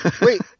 Wait